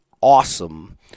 awesome